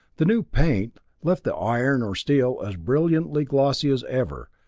the new paint left the iron or steel as brilliantly glossy as ever,